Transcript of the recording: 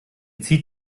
zieht